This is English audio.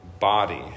body